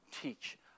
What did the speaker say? teach